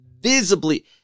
visibly